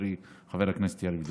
חברי חבר הכנסת יריב לוין.